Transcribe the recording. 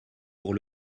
pour